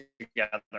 Together